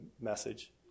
message